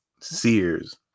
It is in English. Sears